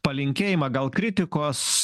palinkėjimą gal kritikos